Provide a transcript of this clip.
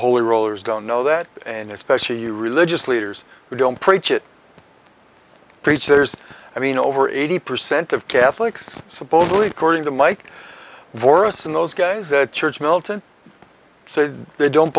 holy rollers don't know that and especially you religious leaders who don't preach it preach theirs i mean over eighty percent of catholics supposedly according to mike boris and those guys that church militant say they don't